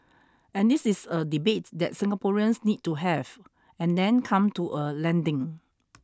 and this is a debate that Singaporeans need to have and then come to a landing